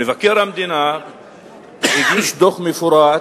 מבקר המדינה הגיש דוח מפורט